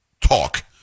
talk